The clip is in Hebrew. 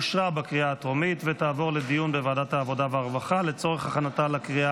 לוועדת העבודה והרווחה נתקבלה.